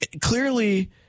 Clearly